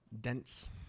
dense